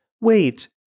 Wait